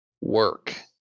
work